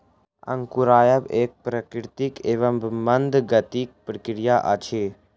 अंकुरायब एक प्राकृतिक एवं मंद गतिक प्रक्रिया अछि